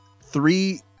three